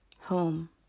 Home